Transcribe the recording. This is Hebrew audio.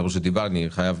אני חייב